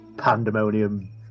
pandemonium